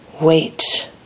Wait